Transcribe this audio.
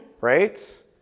right